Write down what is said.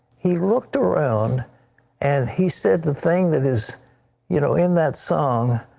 he looked around and he said the thing that his you know in that song,